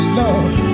love